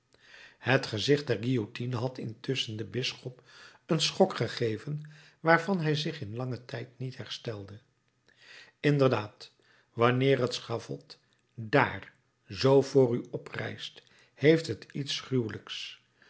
het gezicht der guillotine had intusschen den bisschop een schok gegeven waarvan hij zich in langen tijd niet herstelde inderdaad wanneer het schavot dààr zoo voor u oprijst heeft het iets gruwelijks